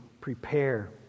prepare